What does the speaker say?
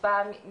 רובה הם